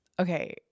Okay